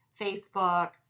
Facebook